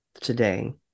today